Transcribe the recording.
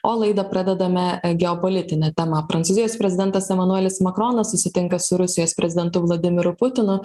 o laidą pradedame geopolitine tema prancūzijos prezidentas emanuelis makronas susitinka su rusijos prezidentu vladimiru putinu